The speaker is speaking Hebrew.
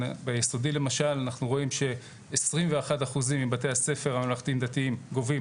ביסודי למשל אנחנו רואים ש21% מבתי הספר הממלכתיים דתיים גובים